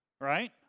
right